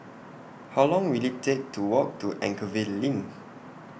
How Long Will IT Take to Walk to Anchorvale LINK